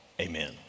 Amen